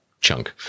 chunk